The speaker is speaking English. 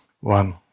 one